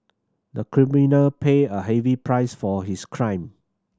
the criminal paid a heavy price for his crime